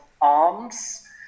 arms